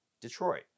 Detroit